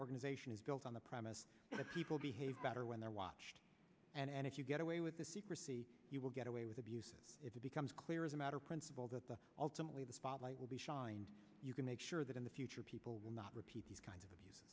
organization is built on the premise that people behave better when they're watched and if you get away with the secrecy you will get away with abuse if it becomes clear as a matter of principle that the ultimately the spotlight will be shined you can make sure that in the future people will not repeat these kind of